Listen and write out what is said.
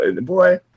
Boy